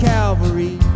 Calvary